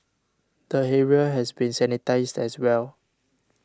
the area has been sanitised as well